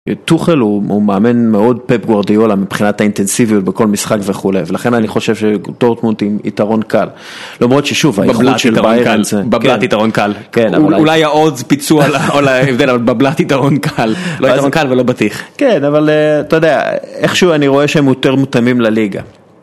טוחל הוא מאמן מאוד פפגורדיאלה מבחינת האינטנסיביות בכל משחק וכו' ולכן אני חושב שטורטמונטים יתרון קל למרות ששוב, האיכות של ביירץ... בבלת יתרון קל אולי העוז פיצו על ההבדל אבל בבלת יתרון קל לא יתרון קל ולא בטיח כן, אבל אתה יודע, איכשהו אני רואה שהם יותר מותאמים לליגה